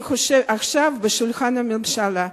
עכשיו על שולחן הממשלה.